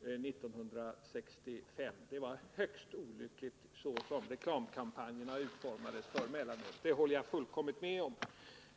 1965. Reklamkampanjerna för mellanölet utformades på ett högst olyckligt sätt. Det håller jag fullkomligt med om.